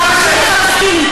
של הרשות הפלסטינית.